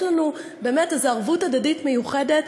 יש לנו באמת איזו ערבות הדדית מיוחדת,